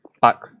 back